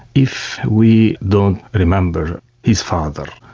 if we don't remember his father,